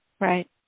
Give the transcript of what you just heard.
Right